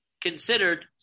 considered